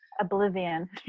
Oblivion